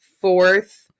fourth